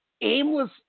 aimless